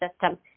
system